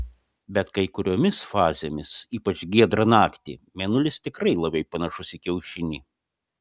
bet kai kuriomis fazėmis ypač giedrą naktį mėnulis tikrai labai panašus į kiaušinį